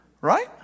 right